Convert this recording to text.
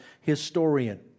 historian